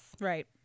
right